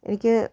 എനിക്ക്